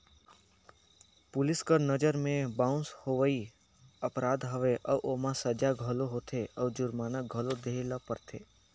police कर नंजर में बाउंस होवई अपराध हवे अउ ओम्हां सजा घलो होथे अउ जुरमाना घलो देहे ले परथे